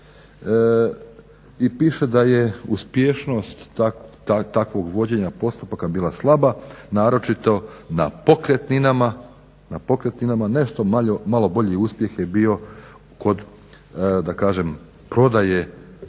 i piše da je uspješnost takvog vođenja postupaka bila slaba naročito na pokretninama, nešto malo bolji uspjeh je bio kod da kažem